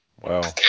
Wow